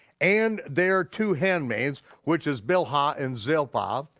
and their two handmaids, which is bilhah and zilpah,